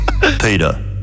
Peter